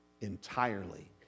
entirely